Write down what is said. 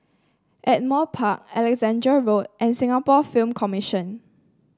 Ardmore Park Alexandra Road and Singapore Film Commission